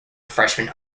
freshman